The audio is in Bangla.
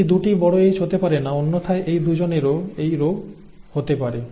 এটি HH হতে পারে না অন্যথায় এই 2 জনেরও এই রোগ হতে পারে